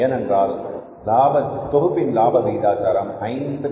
ஏனென்றால் தொகுப்பின் லாப விகிதாச்சாரம் 55